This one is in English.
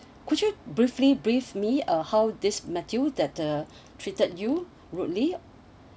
could you briefly brief me uh how this matthew that uh treated you rudely